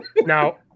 now